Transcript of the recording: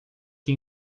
que